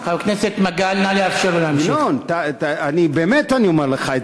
חבר הכנסת מגל, נא לאפשר לו להמשיך.